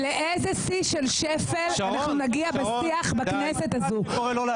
לאיזה שיא של שפל אנחנו נגיע בשיח בכנסת הזאת?